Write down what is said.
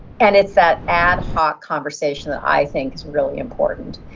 and it's that ad hoc conversation that i think is really important.